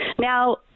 Now